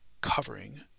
covering